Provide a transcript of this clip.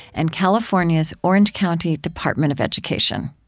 and california's orange county department of education